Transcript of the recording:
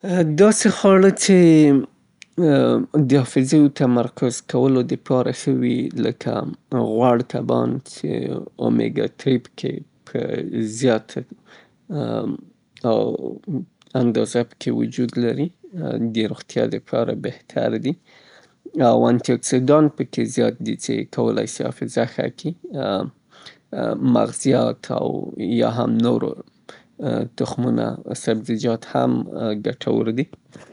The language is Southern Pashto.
هغه خواړه څې باور کیږي څې حافظې ته وده ورکیي، د مایی غوړ دي لکه سالمند اومیګاټرې پکې وجود لري او همدارنګه مغز لرونکي تخمونه د دماغ په روغتیا کې مرسته کیی او دوامداره انرژي چمتو کیی او ادراکي فعالیت پیاوړي کیی.